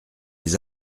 les